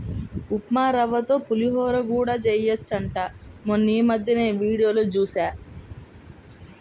ఉప్మారవ్వతో పులిహోర కూడా చెయ్యొచ్చంట మొన్నీమద్దెనే వీడియోలో జూశా